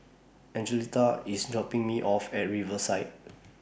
Angelita IS dropping Me off At Riverside